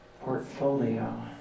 portfolio